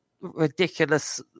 ridiculous